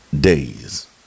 days